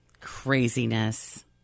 Craziness